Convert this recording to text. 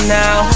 now